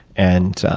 and